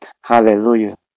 Hallelujah